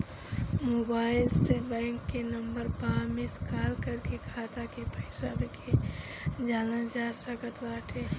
mobile से bank के number पअ मिस काल कर के खाता के पईसा के जानल जा सकत बाटे